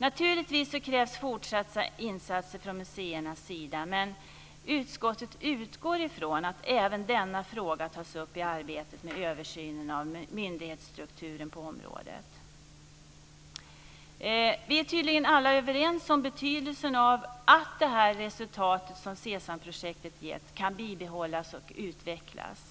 Naturligtvis krävs fortsatta insatser från museernas sida, men utskottet utgår från att även denna fråga tas upp i arbetet med översynen av myndighetsstrukturen på området. Vi är tydligen alla överens om betydelsen av att det goda resultat som SESAM-projektet gett kan bibehållas och utvecklas.